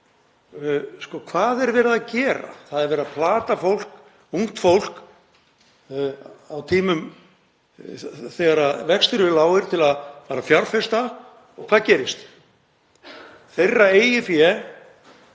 Hvað er verið að gera? Það er verið að plata fólk, ungt fólk, á tímum þegar vextir eru lágir til að fara að fjárfesta. Og hvað gerist? Eigið fé